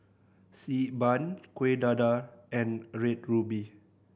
Xi Ban Kueh Dadar and Red Ruby